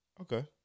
Okay